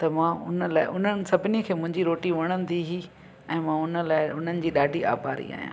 त मां उन लाइ उन्हनि सभिनी खे मुंहिंजी रोटी वणंदी हुई ऐं मां हुन लाइ हुननि जी ॾाढी आभारी आहियां